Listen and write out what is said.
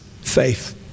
faith